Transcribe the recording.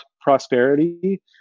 prosperity